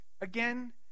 again